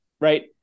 right